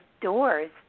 doors